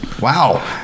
Wow